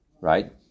right